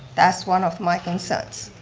that's one of my concerns.